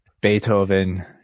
Beethoven